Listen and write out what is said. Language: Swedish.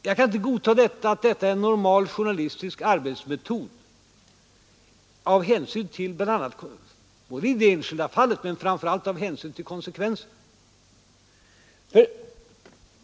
Jag kan inte godta detta som en normal journalistisk arbetsmetod, av hänsyn bl.a. till det enskilda fallet men framför allt till konsekvenserna.